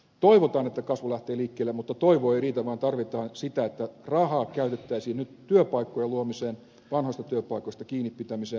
toivotaan että kasvu lähtee liikkeelle mutta toivo ei riitä vaan tarvitaan sitä että rahaa käytettäisiin nyt työpaikkojen luomiseen ja vanhoista työpaikoista kiinnipitämiseen